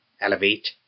Elevate